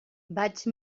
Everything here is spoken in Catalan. vaig